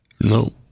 No